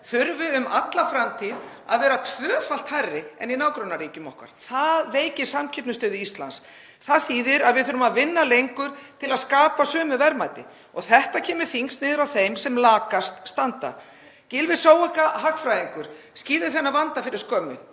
þurfi um alla framtíð að vera tvöfalt hærri en í nágrannaríkjum okkar. Það veikir samkeppnisstöðu Íslands. Það þýðir að við þurfum að vinna lengur til að skapa sömu verðmæti og þetta kemur þyngst niður á þeim sem lakast standa. Gylfi Zoëga hagfræðingur skýrði þennan vanda fyrir skömmu.